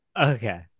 Okay